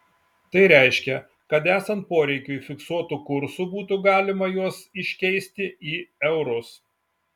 tai reiškia kad esant poreikiui fiksuotu kursu būtų galima juos iškeisti į eurus